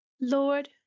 Lord